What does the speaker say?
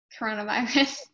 coronavirus